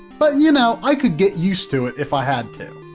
but you know, i could get used to it if i had to.